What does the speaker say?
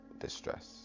distress